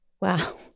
Wow